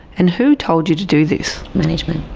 and who told you to do this? management.